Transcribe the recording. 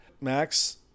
Max